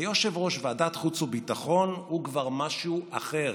ויושב-ראש ועדת החוץ והביטחון הוא כבר משהו אחר,